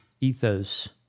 ethos